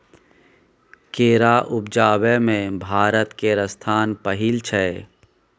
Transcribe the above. केरा उपजाबै मे भारत केर स्थान पहिल छै